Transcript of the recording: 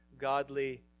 godly